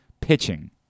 pitching